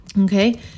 Okay